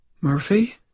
Murphy